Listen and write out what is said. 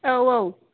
औ औ